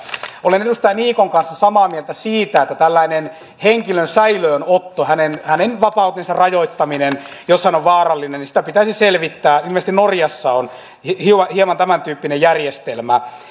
olen edustaja niikon kanssa samaa mieltä siitä että tällaista henkilön säilöönottoa hänen hänen vapautensa rajoittamista jos hän on vaarallinen pitäisi selvittää ilmeisesti norjassa on hieman tämäntyyppinen järjestelmä